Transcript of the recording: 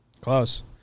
Close